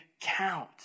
count